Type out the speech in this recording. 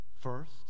First